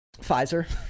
Pfizer